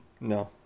No